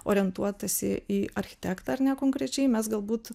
orientuotasi į architektą ar ne konkrečiai mes galbūt